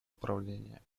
управления